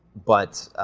but